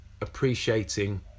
appreciating